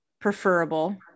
preferable